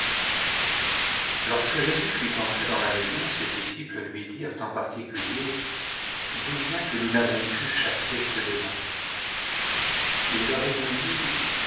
lorsque jésus fut entré dans la maison ses disciples lui dirent en particuuer d'où vient que nous n'avons pu chasser ce démon il leur répondit